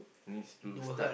means school start